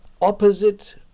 opposite